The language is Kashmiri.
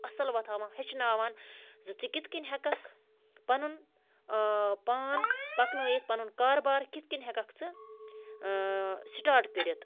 اَصٕل وَتھ ہاوان ہیٚچھناوان زٕ ژٕ کِتھ کٔنۍ ہٮ۪کَکھ پَنُن پان پَکنٲیِتھ پَنُن کاربار کِتھ کٔنۍ ہٮ۪کَکھ ژٕ سِٹاٹ کٔرِتھ